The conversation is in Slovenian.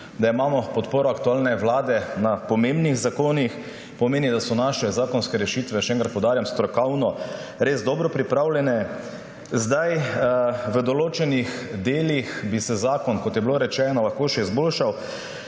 da imamo podporo aktualne vlade pri pomembnih zakonih. Pomeni, da so naše zakonske rešitve, še enkrat poudarjam, strokovno res dobro pripravljene. V določenih delih bi se zakon, kot je bilo rečeno, lahko še izboljšal.